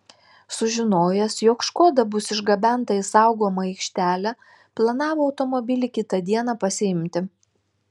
sužinojęs jog škoda bus išgabenta į saugomą aikštelę planavo automobilį kitą dieną pasiimti